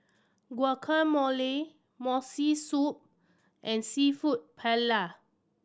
Gguacamole Miso Soup and Seafood Paella